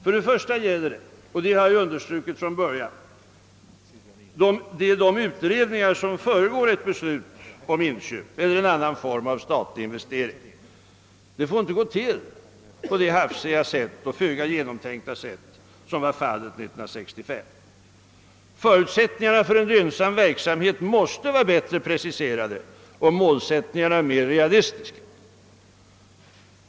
För det första gäller det — och det har jag understrukit från början — de utredningar som föregår ett beslut om inköp eller annan form av statlig investering. Det får inte gå till på det hafsiga och föga genomtänkta sätt som var fallet 1965. Förutsättningarna för en lönsam verksamhet måste vara bättre preciserade och målsättningarna mer realistiska.